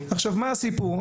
עכשיו, מה הסיפור.